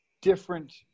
different